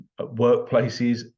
workplaces